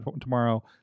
tomorrow